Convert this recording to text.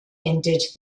entered